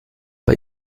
bei